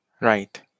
Right